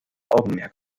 augenmerk